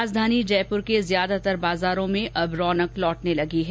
राजधानी जयपुर के ज्यादातर बाजारों में अब रौनक लौटने लगी है